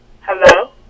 Hello